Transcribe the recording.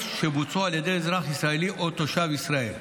שבוצעו על ידי אזרח ישראלי או תושב ישראל.